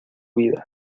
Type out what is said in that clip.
vida